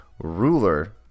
ruler